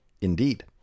Indeed